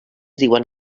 diuen